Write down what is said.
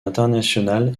international